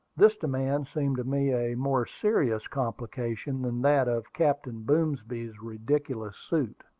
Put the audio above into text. this demand seemed to me a more serious complication than that of captain boomsby's ridiculous suit.